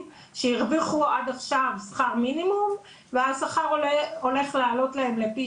שהרוויחו עד עכשיו שכר מינימום והשכר הולך לעלות להם לפי